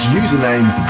username